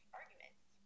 arguments